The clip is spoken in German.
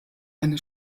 eine